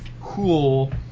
cool